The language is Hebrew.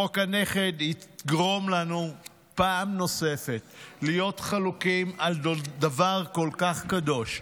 חוק הנכד יגרום לנו פעם נוספת להיות חלוקים על דבר כל כך קדוש,